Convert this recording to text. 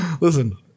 Listen